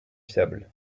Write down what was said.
fiables